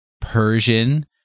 Persian